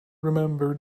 remember